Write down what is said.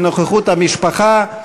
בנוכחות המשפחה,